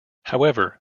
however